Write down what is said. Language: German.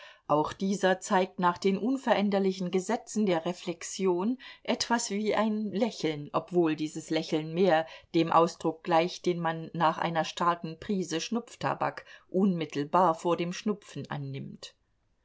auch dieser zeigt nach den unveränderlichen gesetzen der reflexion etwas wie ein lächeln obwohl dieses lächeln mehr dem ausdruck gleicht den man nach einer starken prise schnupftabak unmittelbar vor dem schnupfen annimmt